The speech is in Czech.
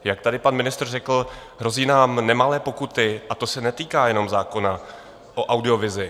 Jak tady pan ministr řekl, hrozí nám nemalé pokuty a to se netýká jenom zákona o audiovizi.